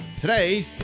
Today